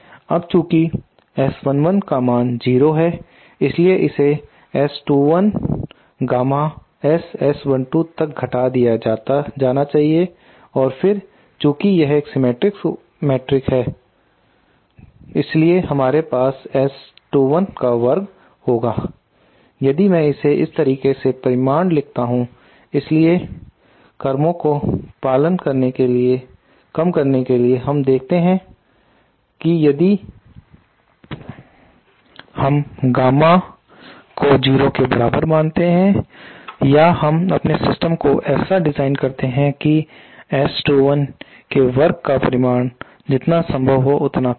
अब चूंकि S11 का मान 0 है इसलिए इसे S21 गामा S S12 तक घटा दिया जाना चाहिए और फिर चूंकि यह एक सिमेट्रिक उपकरण है इसलिए हमारे पास S21 का वर्ग होगा यदि मैं इसे इस तरह से परिमाण लिखता हूं इसलिए कामों को कम करने के लिए हम यह देखते हैं कि याद तो हम गामा को 0 के बराबर बनाते हैं या हम अपने सिस्टम को ऐसा डिजाइन करते हैं की S21 के वर्ग का परिमाण जितना संभव हो उतना कम हो